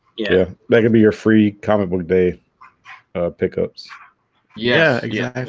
yeah, mega be your free comic book day pickups yeah yeah,